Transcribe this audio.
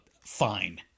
fine